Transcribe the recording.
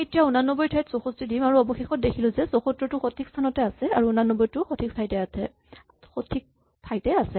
এতিয়া আমি ৮৯ ৰ ঠাইত ৬৪ দিম আৰু অৱশেষত দেখিছো যে ৭৪ টো সঠিক ঠাইত আছে আৰু ৮৯ টোও সঠিক ঠাইতে আছে